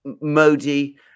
modi